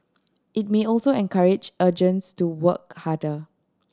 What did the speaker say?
it may also encourage agents to work harder